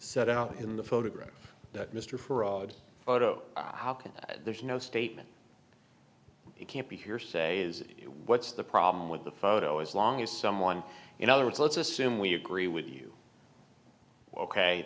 set out in the photograph that mr for a photo how can there's no statement it can't be hearsay is it what's the problem with the photo as long as someone in other words let's assume we agree with you ok